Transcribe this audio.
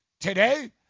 Today